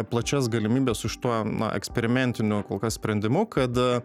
plačias galimybes su šituo na eksperimentiniu kolkas sprendimu kad